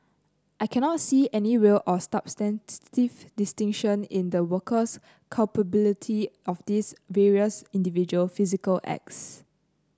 I cannot see any real or substantive distinction in the worker's culpability of these various individual physical acts